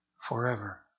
forever